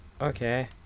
Okay